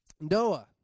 Noah